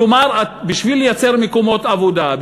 כלומר בשביל לייצר מקומות עבודה,